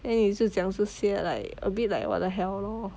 and 你就讲这些 like a bit like what the hell lor